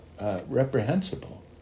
reprehensible